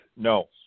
No